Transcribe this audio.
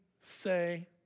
say